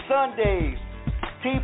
Sundays